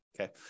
okay